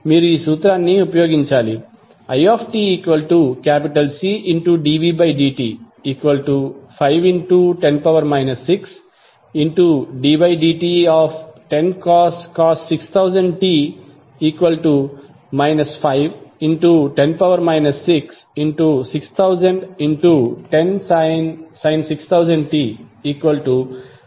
మీరు సూత్రాన్ని ఉపయోగించాలి itCdvdt510 6ddt10cos 6000t 510 6600010sin 6000t 0